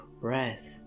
breath